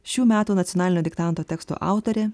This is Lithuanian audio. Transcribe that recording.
šių metų nacionalinio diktanto teksto autorė